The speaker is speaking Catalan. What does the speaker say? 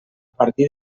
partir